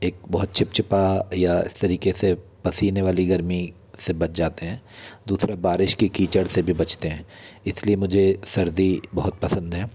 एक बहुत चिपचिपा या इस तरीक़े से पसीने वाली गर्मी से बच जाते हैं दूसरा बारिश के कीचड़ से भी बचते हैं इसलिए मुझे सर्दी बहुत पसंद है